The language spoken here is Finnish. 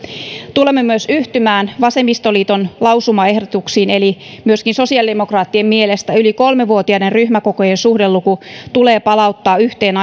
tulemme myös yhtymään vasemmistoliiton lausumaehdotuksiin eli myöskin sosiaalidemokraattien mielestä yli kolmevuotiaiden ryhmäkokojen suhdeluku tulee palauttaa yhteen